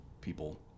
people